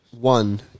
One